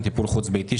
טיפול חוץ ביתי,